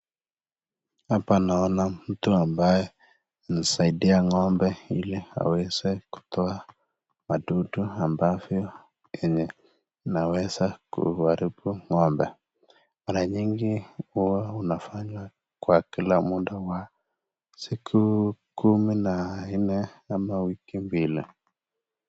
Hapa naona mtu ambaye anasaidia ngo'mbe hili aweze kutoa wadudu ambavyo yenye inaweza kuharibu ngo'mbe mara nyingi huwa unafanya Kwa muda wa siku kumi na nne week mbili.